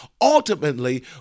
ultimately